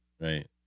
Right